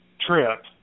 trip